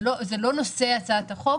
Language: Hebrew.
זה לא נושא הצעת החוק.